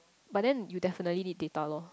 but then you definitely need data lor